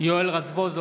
יואל רזבוזוב,